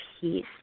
Peace